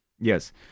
Yes